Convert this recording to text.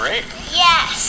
Yes